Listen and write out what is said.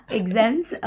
exams